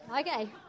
Okay